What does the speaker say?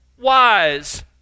wise